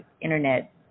internet